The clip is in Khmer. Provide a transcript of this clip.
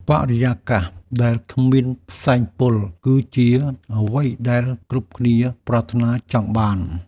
បរិយាកាសដែលគ្មានផ្សែងពុល គឺជាអ្វីដែលគ្រប់គ្នាប្រាថ្នាចង់បាន។